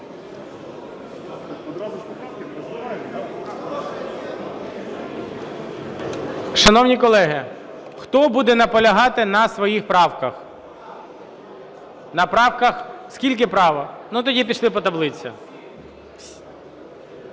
Шановні колеги, хто буде наполягати на своїх правках? На правках? Скільки правок? Ну тоді пішли по таблиці.